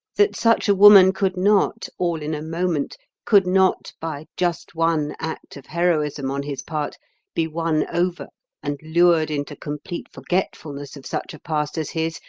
that such a woman could not, all in a moment could not by just one act of heroism on his part be won over and lured into complete forgetfulness of such a past as his,